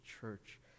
church